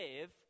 live